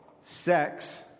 Sex